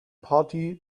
party